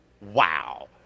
Wow